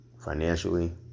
financially